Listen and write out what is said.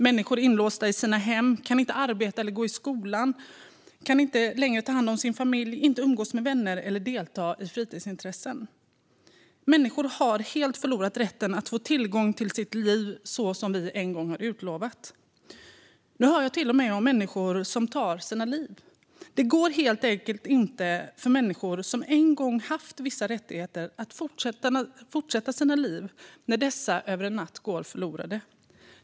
Människor är inlåsta i sina hem och kan inte arbeta, gå i skolan, ta hand om sin familj, umgås med vänner eller delta i fritidsaktiviteter. Människor har helt förlorat rätten att få tillgång till sitt liv så som vi en gång har utlovat. Nu hör jag att människor till och med tar sina liv. Det går inte för människor som en gång haft vissa rättigheter att fortsätta sina liv när dessa rättigheter över en natt går förlorade.